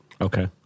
Okay